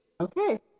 Okay